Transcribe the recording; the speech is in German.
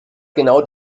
genau